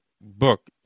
book